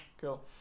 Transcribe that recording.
cool